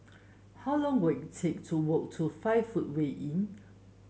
how long will it take to walk to Five Footway Inn